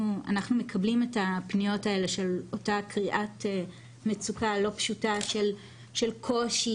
אנחנו מקבלים את הפניות האלה של אותה קריאת מצוקה לא פשוטה של קושי,